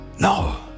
No